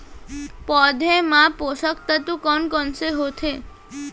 पौधे मा पोसक तत्व कोन कोन से होथे?